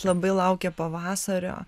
labai laukia pavasario